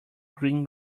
green